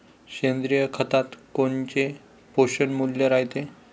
सेंद्रिय खतात कोनचे पोषनमूल्य रायते?